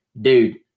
dude